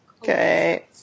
Okay